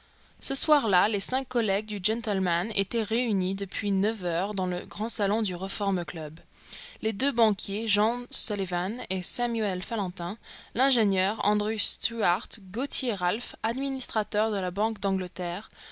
ce soir-là les cinq collègues du gentleman étaient réunis depuis neuf heures dans le grand salon du reform club les deux banquiers john sullivan et samuel fallentin l'ingénieur andrew stuart gauthier ralph administrateur de la banque d'angleterre